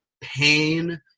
pain